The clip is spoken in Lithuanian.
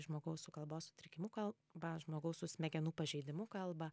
į žmogaus kalbos sutrikimu kalbą žmogaus smegenų pažeidimu kalbą